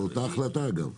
זו אותה החלטה, אגב.